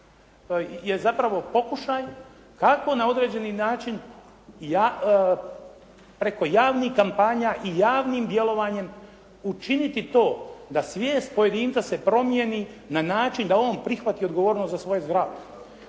je zapravo pokušaj kako na određeni način preko javnih kampanja i javnim djelovanjem učiniti to da svijest pojedinca se promijeni na način da on prihvati odgovornost za svoje zdravlje.